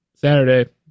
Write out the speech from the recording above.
Saturday